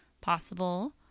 possible